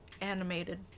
animated